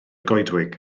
goedwig